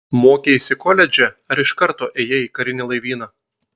mokeisi koledže ar iš karto ėjai į karinį laivyną